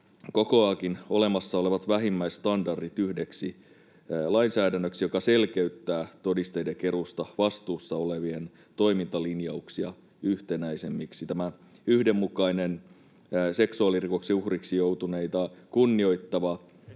kokoaakin olemassa olevat vähimmäisstandardit yhdeksi lainsäädännöksi, joka selkeyttää todisteiden keruusta vastuussa olevien toimintalinjauksia yhtenäisemmiksi. Tämä yhdenmukainen, seksuaalirikoksen uhriksi joutuneita kunnioittava